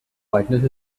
quietness